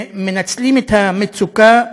שמנצלים את המצוקה,